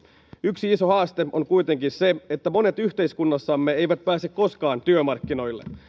yksi iso haaste on kuitenkin se että monet yhteiskunnassamme eivät pääse koskaan työmarkkinoille